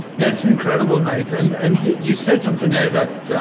that's incredible night. and and you said something there that,